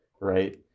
Right